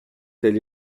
tel